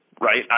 right